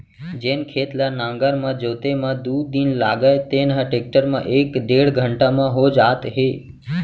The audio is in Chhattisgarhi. जेन खेत ल नांगर म जोते म दू दिन लागय तेन ह टेक्टर म एक डेढ़ घंटा म हो जात हे